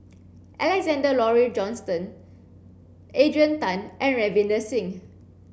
Alexander Laurie Johnston Adrian Tan and Ravinder Singh